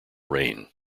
rain